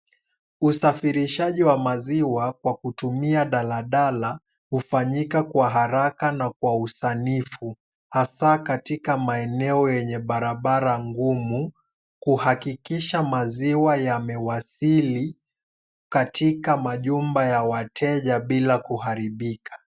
Usafirishaji wa maziwa kwa kutumia dala dala hufanyika kwa haraka na kwa usanifu, hasa katika maeneo yenye barabara ngumu, kuhakikisha maziwa yamewasili katika majumba ya wateja bila kuharibika.